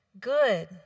Good